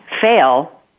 fail